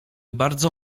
bardzo